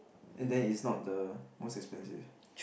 and then it's not the most expensive